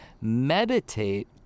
meditate